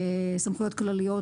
סמכויות כלליות